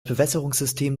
bewässerungssystem